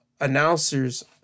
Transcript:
announcer's